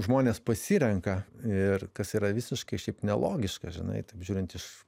žmonės pasirenka ir kas yra visiškai šiaip nelogiška žinai taip žiūrint iš